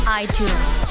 iTunes